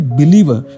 believer